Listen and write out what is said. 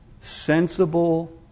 sensible